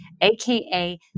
aka